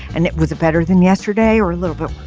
and it was better than yesterday or a little bit